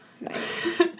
Nice